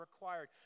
required